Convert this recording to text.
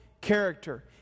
character